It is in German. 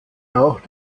auch